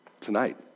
tonight